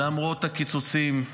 למרות הקיצוצים,